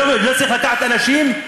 לא צריך לקחת אנשים,